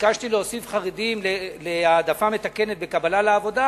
כשביקשתי להוסיף חרדים להעדפה מתקנת וקבלה לעבודה,